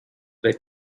their